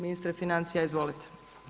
Ministre financija, izvolite.